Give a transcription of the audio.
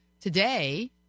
today